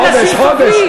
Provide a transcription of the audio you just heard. חודש, חודש.